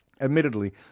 Admittedly